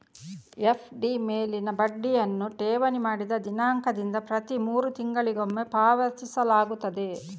FD ಮೇಲಿನ ಬಡ್ಡಿಯನ್ನು ಠೇವಣಿ ಮಾಡಿದ ದಿನಾಂಕದಿಂದ ಪ್ರತಿ ಮೂರು ತಿಂಗಳಿಗೊಮ್ಮೆ ಪಾವತಿಸಲಾಗುತ್ತದೆ